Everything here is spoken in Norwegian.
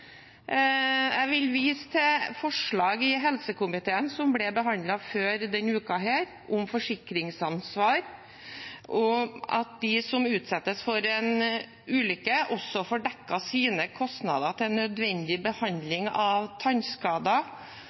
Jeg vil vise til forslaget fra helsekomiteen som ble behandlet tidligere denne uka, om forsikringsansvar, at de som utsettes for en ulykke, også får dekket sine kostnader til nødvendig behandling av tannskader